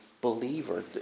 believer